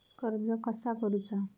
कर्ज कसा करूचा?